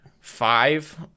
five